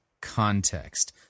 context